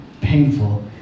painful